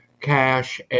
cash